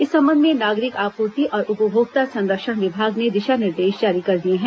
इस संबंध में नागरिक आपूर्ति और उपभोक्ता संरक्षण विभाग ने दिशा निर्देश जारी कर दिए हैं